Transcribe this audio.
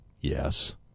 Yes